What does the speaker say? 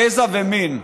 גזע ומין.